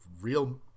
real